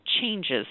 changes